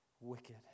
wicked